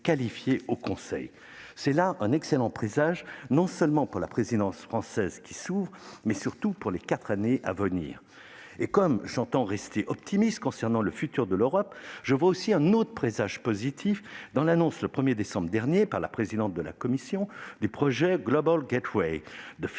C'est là un excellent présage, non seulement pour la prochaine présidence française, mais surtout pour les quatre années à venir. Comme j'entends rester optimiste quant à l'avenir de l'Europe, je vois aussi un autre présage positif dans l'annonce, le 1 décembre dernier, par la présidente de la Commission, du projet, consistant en un financement,